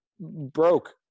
broke